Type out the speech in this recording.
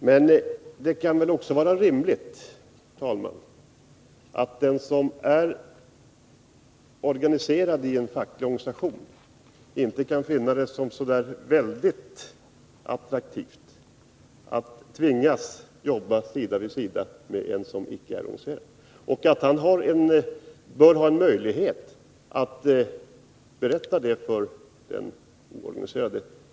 Men det kan väl också vara rimligt att den som tillhör en facklig organisation inte finner det särskilt attraktivt att tvingas jobba sida vid sida med en som inte är organiserad och att han bör ha möjlighet att berätta det för den oorganiserade.